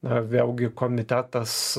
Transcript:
na vėlgi komitetas